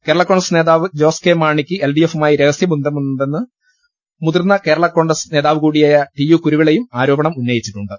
കേരള കോൺഗ്രസ് നേതാവ് ജോസ് കെ മാണിക്ക് എൽഡി എഫുമായി രഹസ്യബന്ധമുണ്ടെന്ന് മുതിർന്ന കേരള കോൺഗ്രസ് നേതാവുകൂടിയായ ടി യു കുരുവിളയും ആര്യോപ്യണം ഉന്നയിച്ചി ട്ടുണ്ട്